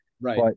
right